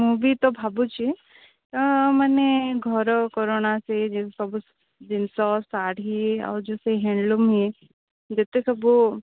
ମୁଁ ବି ତ ଭାବୁଛି ତ ମାନେ ଘର କରଣା ସେହି ଜିନିଷ ସବୁ ଜିନିଷ ଶାଢ଼ୀ ଆଉ ଯେଉଁ ସେହି ହ୍ୟାଣ୍ଡଲୁମ୍ ଇଏ ଯେତେ ସବୁ